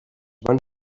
van